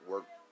Work